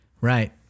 Right